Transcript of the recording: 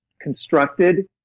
constructed